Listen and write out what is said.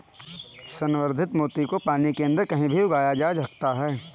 संवर्धित मोती को पानी के अंदर कहीं भी उगाया जा सकता है